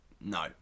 no